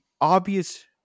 obvious